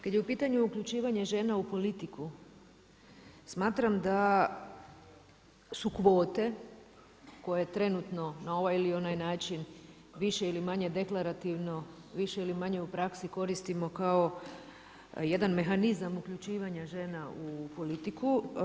Kad je u pitanju uključivanje žena u politiku, smatram da su kvote koje trenutno na ovaj ili onaj način više ili manje deklarativno, više ili manje u praksi koristimo kao jedan mehanizam uključivanja žena u politiku.